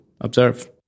observe